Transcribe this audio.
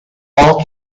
all